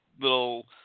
little